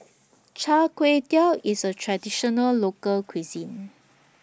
Chai Tow Kway IS A Traditional Local Cuisine